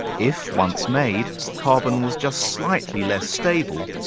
if, once made, carbon was just slightly less stable,